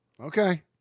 Okay